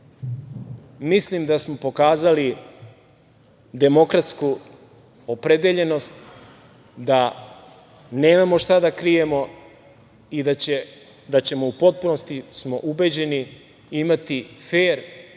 mislim da smo pokazali demokratsku opredeljenost da nemamo šta da krijemo i da ćemo, u potpunosti smo ubeđeni, imati fer